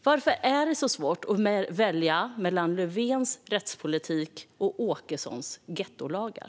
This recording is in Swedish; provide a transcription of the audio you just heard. Varför är det så svårt att välja mellan Löfvens rättspolitik och Åkessons gettolagar?